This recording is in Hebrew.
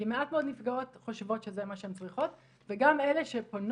כי מעט מאוד נפגעות חושבות שזה מה שהן צריכות וגם אלה שפונות